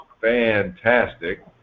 fantastic